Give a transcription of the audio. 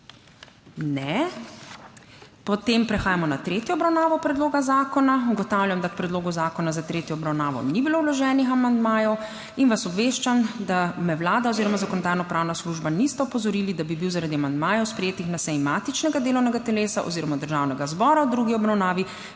ne. Prehajamo na tretjo obravnavo predloga zakona. Ugotavljam, da k predlogu zakona za tretjo obravnavo ni bilo vloženih amandmajev. Obveščam vas, da me Vlada oziroma Zakonodajno-pravna služba nista opozorili, da bi bil zaradi amandmajev, sprejetih na seji matičnega delovnega telesa oziroma Državnega zbora, v drugi obravnavi